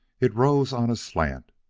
it rose on a slant,